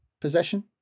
possession